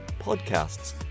podcasts